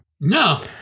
No